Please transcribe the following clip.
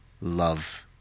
love